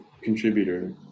contributor